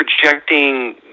projecting